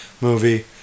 movie